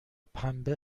پنبه